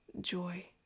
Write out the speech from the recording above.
joy